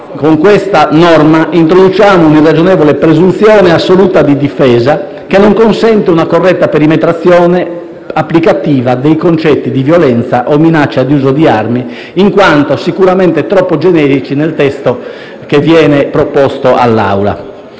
con questa norma introduciamo un'irragionevole presunzione assoluta di difesa, che non consente una corretta perimetrazione applicativa dei concetti di violenza o minaccia di uso di armi in quanto sicuramente troppo generici nel testo proposto all'Assemblea.